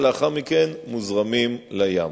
אבל לאחר מכן מוזרמים לים.